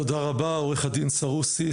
עורך דין סרוסי,